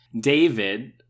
David